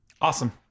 Awesome